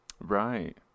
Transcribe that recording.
right